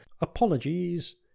Apologies